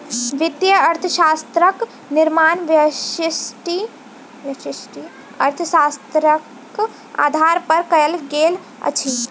वित्तीय अर्थशास्त्रक निर्माण व्यष्टि अर्थशास्त्रक आधार पर कयल गेल अछि